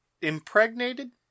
impregnated